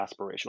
aspirational